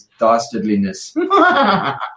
dastardliness